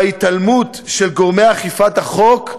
וההתעלמות של גורמי אכיפת החוק,